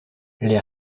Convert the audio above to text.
les